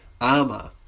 armor